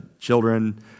children